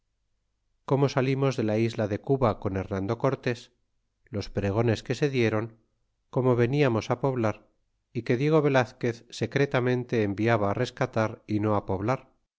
como salimos de la isla de cuba con remando cortés los pregones que se diéron como veniamos poblar y que diego velazquez secretamente enviaba rescatar y no poblar